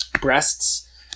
breasts